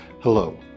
Hello